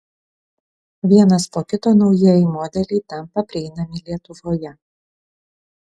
vienas po kito naujieji modeliai tampa prieinami lietuvoje